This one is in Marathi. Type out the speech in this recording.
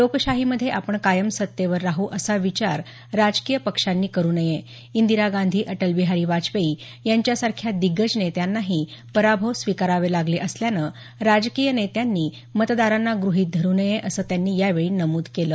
लोकशाहीमधे आपण कायम सत्तेवर राहू असा विचार राजकीय पक्षांनी करू नये इंदिरा गांधी अटल बिहारी वाजपेयी यांच्यासारख्या दिग्गज नेत्यांनाही पराभव स्वीकारावे लागले असल्यानं राजकीय नेत्यांनी मतदारांना ग्रहीत धरू नये असं त्यांनी यावेळी नमूद केलं